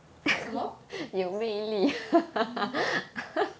什么